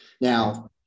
now